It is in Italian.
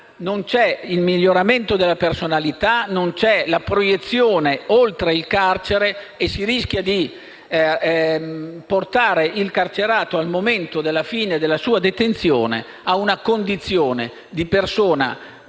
sono il miglioramento della personalità e la proiezione oltre il carcere, e si rischia di portare il carcerato, al momento della fine della sua detenzione, a diventare una persona